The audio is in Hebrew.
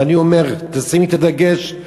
ואני אומר, תשימי את הדגש.